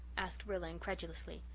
asked rilla incredulously.